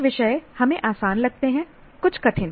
कुछ विषय हमें आसान लगते हैं कुछ कठिन